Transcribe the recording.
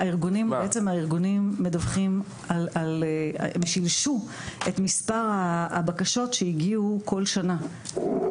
הארגונים מדווחים שהם שילשו את מספר הבקשות שהגיעו כל שנה.